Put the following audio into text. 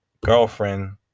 girlfriend